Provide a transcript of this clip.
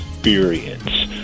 experience